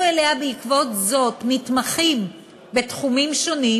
אליה בעקבות זאת מתמחים בתחומים שונים,